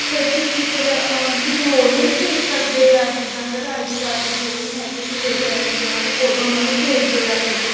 sir ਤੁਸੀਂ ਫਿਰ ਕਿਸੇ ਹੋਰ ਨੂੰ ਨਹੀਂ ਭੇਜ ਸਕਦੇ ਜਾਂ ਜਿੱਦਾਂ ਸਰ ਆਈ ਡੀ ਕਾਰਡ 'ਤੇ ਜੋ ਵੀ ਹੈਗੇ ਕਿਸੇ ਪੇਰੈਂਟਸ ਉਹਨਾਂ ਦੀ ਫੋਟੋ ਉਹਨਾਂ ਨੂੰ ਭੇਜ ਦਿਓ ਜਾਂ ਫਿਰ